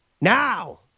Now